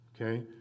Okay